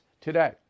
today